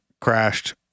crashed